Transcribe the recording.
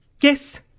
Yes